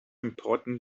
important